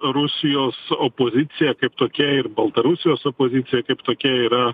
rusijos opozicija kaip tokia ir baltarusijos opozicija kaip tokia yra